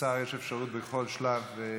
לשר יש אפשרות בכל שלב.